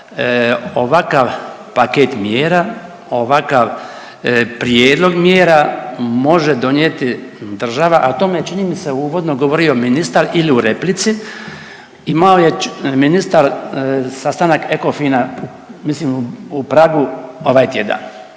ovakav paket mjera, ovakav prijedlog mjera može donijeti država, a o tome je čini mi se uvodno govorio ministar ili u replici. Imao je ministar sastanak EKOFIN-a mislim u Pragu ovaj tjedan.